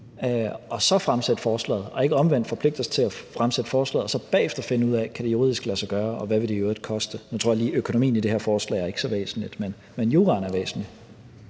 og så fremsætte forslaget – og ikke omvendt forpligte os til at fremsætte forslaget og så bagefter finde ud af, om det juridisk kan lade sig gøre, og hvad det i øvrigt vil koste. Nu tror jeg ikke lige, at økonomien i det her forslag er så væsentlig, men juraen er væsentlig.